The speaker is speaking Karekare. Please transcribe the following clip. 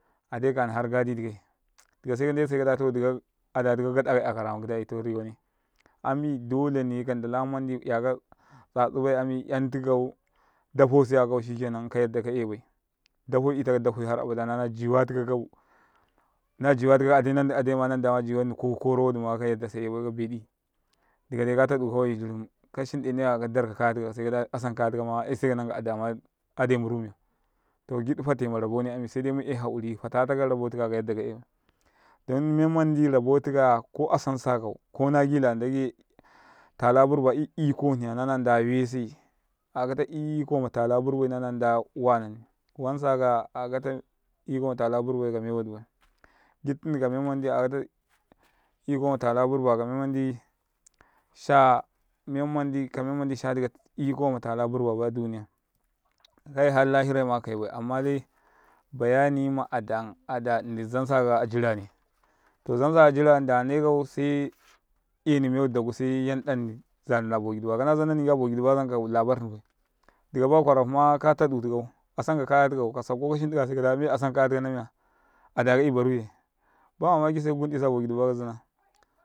﻿Aɗaika hni har tabatikai sekada ada tika garaka 'yakara maɡiɗai to riwane ami dolane ka ndala mand 'yaka tsatsabai amiნi 'yantikau dafosiya shikena kamen man kayina bai dofai 'yu taka dafoyi har abada nalamaiɗa tikau adaima adaima nan damaya adaima na maiɗanni koro wadima ka menman sai inabai ka beɗi dika dai ka taɗu kaway shurum kashindene kaya kadarka kare tikau asan kare tikau aise kananka adama adai mburu ta ɡiɗ fate marabone se dai mu yai hakuri fatataka karabo tikaya kayaɗɗa ka 'yaibai don menmandi rabotukaya ko asansasakau kona ɡila ndaɡe tala burba i ike hniya nanda webse a'a kata iko matala burbai nana nda wa nani wansaka 'ya a'a kata iko matala burbai kame manɗ sha ɗika iko matala burba bai aduniya kai har lahirima kakaibai amma dai bayani ma aɗa aɗa nɗini zaan saka dumine to zansaka dimi ndane kau se eni mewaɗi daɡ se yan ɗanni zanana bo ɡiɗiba kana zanna ninka bo ɡiɗi ba zankau summona hni bai ɗika ba kwara kuma ka taɗu tikau asanka kare to kau ka safko koshindi kaya se kaɗa asankaya tȉka namiya aɗa i baruye ka mamakibai se ka ɡunɗose aba ɡȉɗaba kazina.